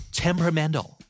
temperamental